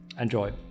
Enjoy